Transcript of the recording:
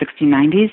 1690s